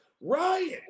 Ryan